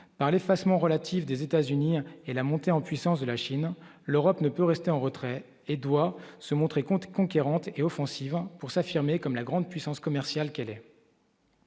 par l'effacement relatif des États-Unis et la montée en puissance de la Chine, l'Europe ne peut rester en retrait et doit se montrer compte conquérante et offensive en pour s'affirmer comme la grande puissance commerciale qui est.